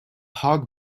hog